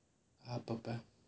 அப்ப அப்ப:appe appe